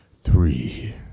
Three